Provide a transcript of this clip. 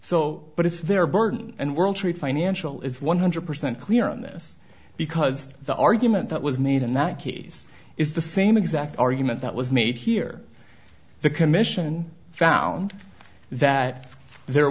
so but it's their burden and world trade financial is one hundred percent clear on this because the argument that was made in that case is the same exact argument that was made here the commission found that there